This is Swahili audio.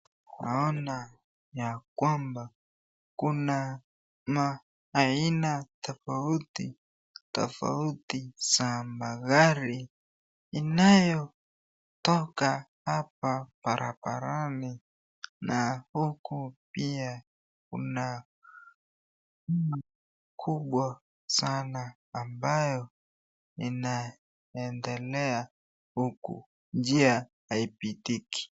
Naona ya kwamba kuna aina tofauti tofauti za magari inayotoka hapa barabarani na huku pia kuna kubwa sana ambayo inaendelea huku njia haipitiki.